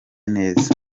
neza